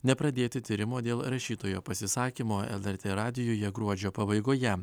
nepradėti tyrimo dėl rašytojo pasisakymo lrt radijuje gruodžio pabaigoje